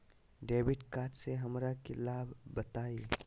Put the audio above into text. Debit card से हमरा के लाभ बताइए?